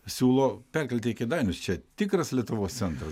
siūlo perkelti į kėdainius čia tikras lietuvos centras